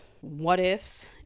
what-ifs